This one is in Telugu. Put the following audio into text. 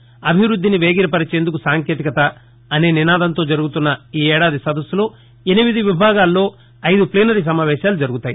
అభివృద్దిని వేగిరపరచేందుకు సాంకేతికత అనే నినాదంతో జరుగుతున్న ఈ ఏడాది సదస్సులో ఎనిమిది విభాగాల్లో అయిదు ప్లీనరీ సమావేశాలు జరుగుతాయి